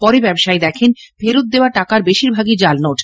পরে ব্যবসায়ী দেখেন ফেরত দেওয়া টাকার বেশিরভাগটাই জাল নোট